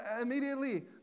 Immediately